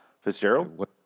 Fitzgerald